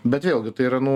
bet vėlgi tai yra nu